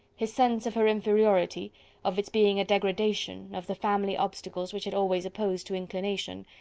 his sense of her inferiority of its being a degradation of the family obstacles which had always opposed to inclination,